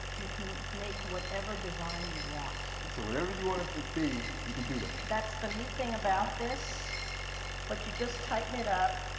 you can make whatever design you want. and so whatever you want it to be, you can do that. that's the neat thing about this but you just tighten it up